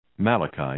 Malachi